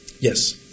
Yes